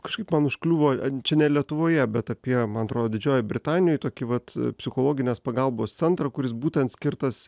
kažkaip man užkliuvo čia ne lietuvoje bet apie man atrodo didžiojoj britanijoj tokį vat psichologinės pagalbos centrą kuris būtent skirtas